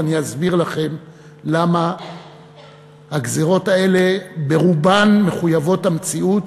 ואני אסביר לכם למה הגזירות האלה ברובן מחויבות המציאות,